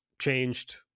changed